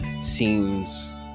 seems